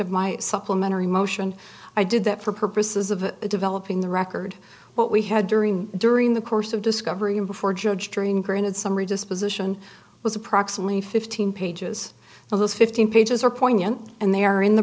of my supplementary motion i did that for purposes of developing the record what we had during during the course of discovery and before judge during printed summary disposition was approximately fifteen pages of those fifteen pages are poignant and they are in the